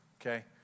okay